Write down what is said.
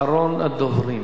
אחרון הדוברים.